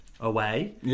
away